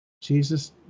Jesus